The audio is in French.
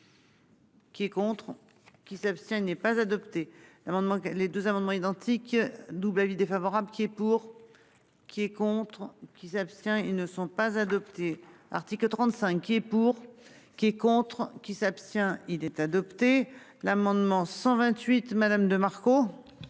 Qui contre qui s'abstient n'est pas adopté l'amendement. Les 2 amendements identiques double avis défavorable qui est pour. Qui est contre qui s'abstient. Ils ne sont pas adoptés article 35 et pour qui est contre qui s'abstient il est adopté l'amendement 128 Madame de Marco.